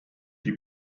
die